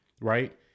Right